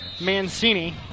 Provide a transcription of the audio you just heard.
Mancini